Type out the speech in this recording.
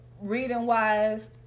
Reading-wise